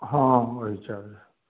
हाँ वही चाहिये